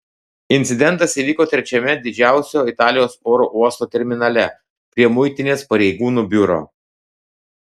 incidentas įvyko trečiame didžiausio italijos oro uosto terminale prie muitinės pareigūnų biuro